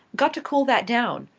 got to cool that down.